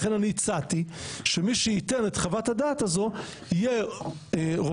לכן אני הצעתי שמי שייתן את חוות הדעת הזו יהיה רופא